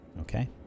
Okay